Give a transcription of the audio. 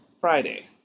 Friday